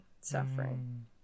suffering